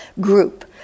group